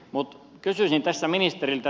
mutta kysyisin tässä ministeriltä